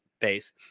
base